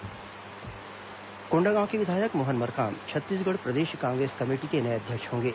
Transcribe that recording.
मोहन मरकाम अध्यक्ष कोंडागांव के विधायक मोहन मरकाम छत्तीसगढ़ प्रदेश कांग्रेस कमेटी के नए अध्यक्ष होंगे